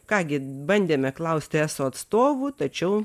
ką gi bandėme klausti eso atstovų tačiau